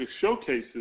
showcases